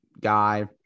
guy